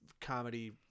comedy